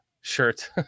shirt